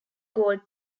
gold